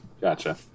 Gotcha